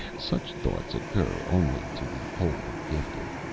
such thoughts occur only to the wholly gifted.